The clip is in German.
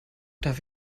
darf